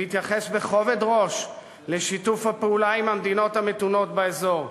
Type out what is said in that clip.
והתייחס בכובד ראש לשיתוף הפעולה עם המדינות המתונות באזור,